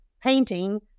painting